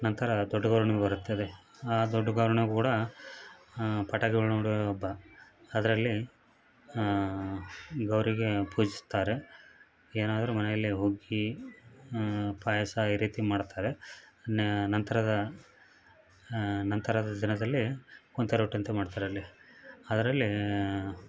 ನಂತರ ದೊಡ್ಡ ಗೌರ್ಣ್ಮೆ ಬರುತ್ತದೆ ಆ ದೊಡ್ಡ ಗೌರ್ಣೆ ಕೂಡ ಪಟಾಕಿಗಳ್ನ ಹೊಡಿಯೊ ಹಬ್ಬ ಅದರಲ್ಲಿ ಗೌರಿಗೆ ಪೂಜಿಸ್ತಾರೆ ಏನಾದರೂ ಮನೆಯಲ್ಲಿ ಹುಗ್ಗಿ ಪಾಯಸ ಈ ರೀತಿ ಮಾಡ್ತಾರೆ ನಂತರದ ನಂತರದ ದಿನದಲ್ಲಿ ಕುಂತಿ ರೊಟ್ಟಿ ಅಂತ ಮಾಡ್ತಾರಲ್ಲಿ ಅದರಲ್ಲಿ